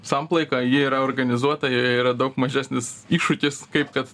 samplaika ji yra organizuota joje yra daug mažesnis iššūkis kaip kad